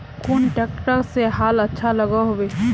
कुन ट्रैक्टर से हाल अच्छा लागोहो होबे?